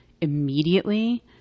immediately